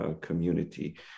community